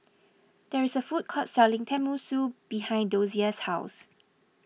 there is a food court selling Tenmusu behind Dosia's house